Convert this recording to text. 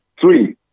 Three